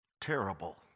Terrible